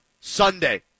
Sunday